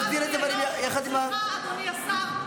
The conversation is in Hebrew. סליחה, אדוני השר.